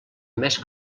més